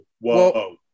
whoa